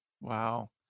wow